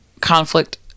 conflict-